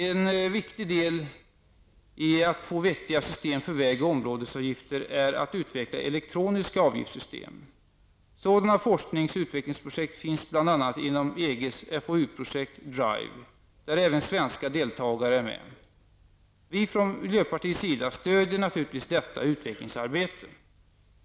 En viktig del i att få vettiga system för väg och områdesavgifter är att utveckla elektroniska avgiftssystem. Sådana forsknings och utvecklingsprojekt finns bl.a. inom EGs FoU projekt DRIVE, där även svenska deltagare är med. Vi i miljöpartiet stöder naturligtvis detta utvecklingsarbete.